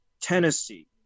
tennessee